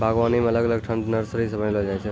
बागवानी मे अलग अलग ठंग से नर्सरी बनाइलो जाय छै